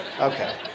Okay